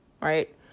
right